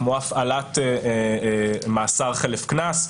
כמו הפעלת מאסר חלף קנס.